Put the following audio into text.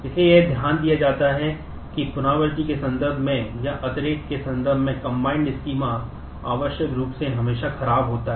इसलिए यह ध्यान दिया जाता है कि पुनरावृत्ति के संदर्भ में या अतिरेक आवश्यक रूप से हमेशा खराब होता है